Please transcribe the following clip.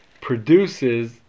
produces